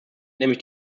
nämlich